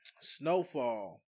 Snowfall